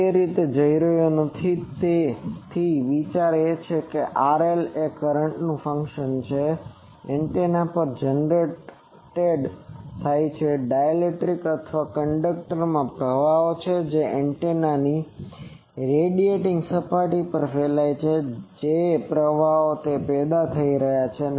હું તે રીતે જઈ રહ્યો નથી તેથી વિચાર એ છે કે આ RL એ કરન્ટ્સનું ફન્કશન છે જે એન્ટેના પર જનરેટ ઉત્સર્જિતgeneret થાય છે ડાઇલેક્ટ્રિક અથવા કન્ડક્ટરમાં પ્રવાહો છે જે એન્ટેનાની રેડિએટિંગ સપાટી પર ફેલાય છે જે પ્રવાહો છે તે પેદા થઈ રહ્યા છે